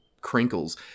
Crinkles